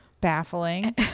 Baffling